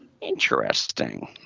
Interesting